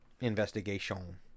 Investigation